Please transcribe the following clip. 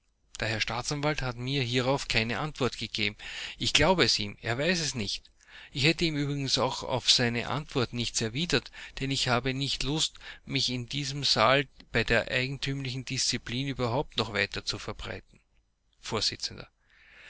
der herr staatsanwalt hat mir hierauf keine antwort gegeben ich glaube es ihm er weiß es nicht ich hätte ihm übrigens auch auf seine antwort nichts erwidert denn ich habe nicht lust mich in diesem saale bei der eigentümlichen disziplin überhaupt noch weiter zu verbreiten